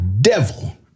devil